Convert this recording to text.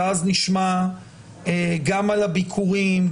ואז נשמע גם על הביקורים,